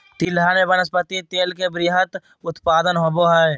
तिलहन में वनस्पति तेल के वृहत उत्पादन होबो हइ